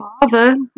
father